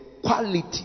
quality